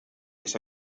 his